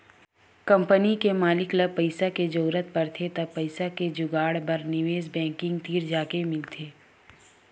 company के मालिक ल पइसा के जरूरत परथे त पइसा के जुगाड़ बर निवेस बेंकिग तीर जाके मिलथे